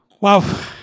Wow